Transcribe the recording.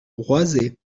roisey